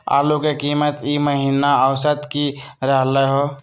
आलू के कीमत ई महिना औसत की रहलई ह?